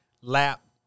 lap